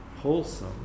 wholesome